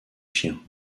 chiens